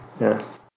Yes